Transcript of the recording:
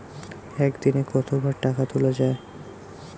একদিনে কতবার টাকা তোলা য়ায়?